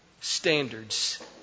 standards